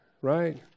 right